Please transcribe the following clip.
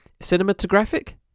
cinematographic